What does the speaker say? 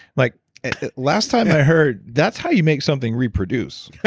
like last time i heard, that's how you make something reproduce.